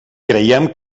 creiem